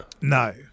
No